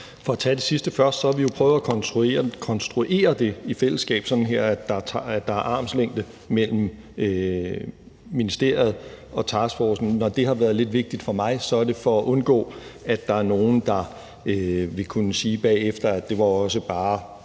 For at tage det sidste først har vi jo prøvet at konstruere det i fællesskab, sådan at der er armslængde mellem ministeriet og taskforcen. Når det har været lidt vigtigt for mig, er det for at undgå, at der er nogen, der bagefter vil kunne sige, at det også bare